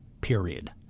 period